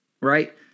right